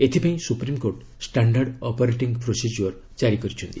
ଏଥିପାଇଁ supreme court standard operating procedure ଜାରି କରିଛନ୍ତି